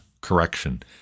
correction